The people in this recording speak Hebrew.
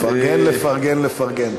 לפרגן, לפרגן, לפרגן.